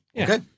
Okay